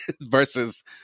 versus